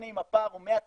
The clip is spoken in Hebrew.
הפער הוא 190